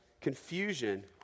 confusion